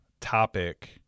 topic